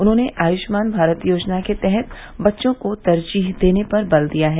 उन्होने आयुष्मान भारत योजना के तहत बच्चों को तरजीह देने पर बल दिया है